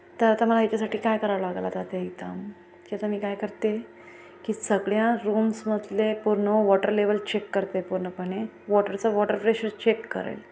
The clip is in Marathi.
तर आता मला याच्यासाठी काय करावं लागेल आता आता इथं मग की आता मी काय करते की सगळ्या रूम्समधले पूर्ण वॉटर लेवल चेक करते पूर्णपणे वॉटरचं वॉटर प्रेशर चेक करेल